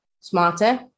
smarter